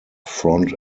front